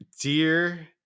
dear